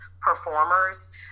performers